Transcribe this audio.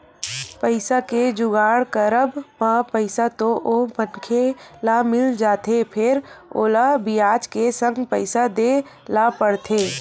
पइसा के जुगाड़ करब म पइसा तो ओ मनखे ल मिल जाथे फेर ओला बियाज के संग पइसा देय ल परथे